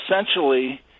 essentially